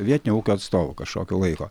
vietinio ūkio atstovu kažkokiu laiko